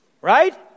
right